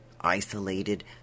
isolated